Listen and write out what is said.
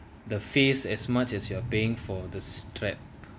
the face as much as you are paying for this strap